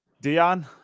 dion